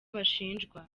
bashinjwa